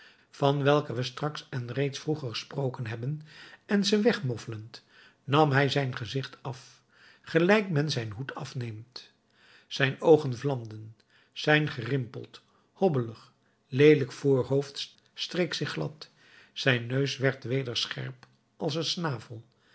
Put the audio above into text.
van welke we straks en reeds vroeger gesproken hebben en ze wegmoffelend nam hij zijn gezicht af gelijk men zijn hoed afneemt zijn oogen vlamden zijn gerimpeld hobbelig leelijk voorhoofd streek zich glad zijn neus werd weder scherp als een snavel